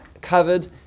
covered